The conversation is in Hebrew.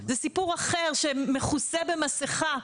זה סיפור אחר שמכוסה במסכה,